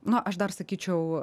na aš dar sakyčiau